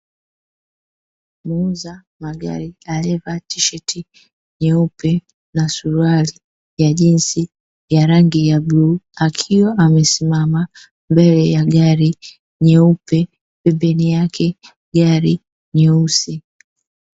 Muuza magari aliyevaa tisheti nyeupe na suruali ya jinsi ya rangi ya bluu, akiwa amesimama mbele ya gari nyeupe, pembeni yake, gari jeusi.